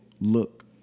look